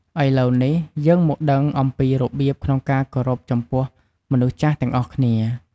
ឥឡូវនេះ យើងមកដឹងអំពីរបៀបក្នុងការគោរពចំពោះមនុស្សចាស់ទាំងអស់គ្នា។